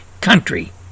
country